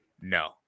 No